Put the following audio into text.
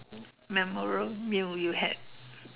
memora~ meal you had